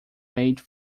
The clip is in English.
made